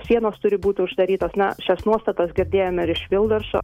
sienos turi būti uždarytos na šias nuostatas girdėjome ir iš vilderso